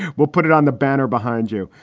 we'll put it on the banner behind you.